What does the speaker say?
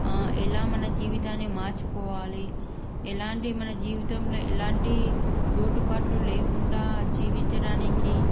ఆ ఎలా మన జీవితాన్ని మార్చుకోవాలి ఎలాంటి మన జీవితంలో ఎలాంటి లోటుపాట్లు లేకుండా జీవించడానికి